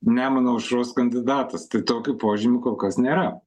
nemuno aušros kandidatas tai tokių požymių kol kas nėra